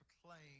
proclaim